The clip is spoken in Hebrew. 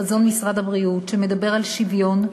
חזון משרד הבריאות שמדבר על שוויון,